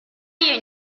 your